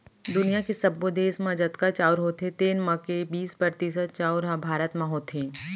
दुनियॉ के सब्बो देस म जतका चाँउर होथे तेन म के बीस परतिसत चाउर ह भारत म होथे